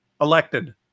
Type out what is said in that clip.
Elected